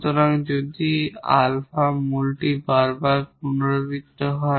সুতরাং যদি 𝛼 রুটটি বার বার রিপিটেড হয়